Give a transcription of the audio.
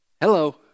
Hello